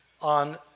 on